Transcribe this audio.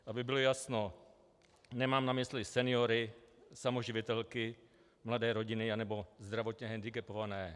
Aby bylo jasno, nemám na mysli seniory, samoživitelky, mladé rodiny nebo zdravotně hendikepované.